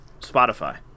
Spotify